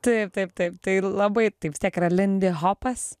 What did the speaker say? taip taip taip tai labai tai vis tiek yra lindihopas